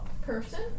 person